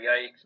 yikes